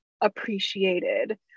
appreciated